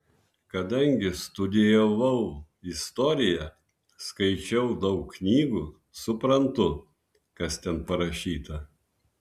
kadangi studijavau istoriją skaičiau daug knygų suprantu kas ten parašyta